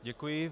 Děkuji.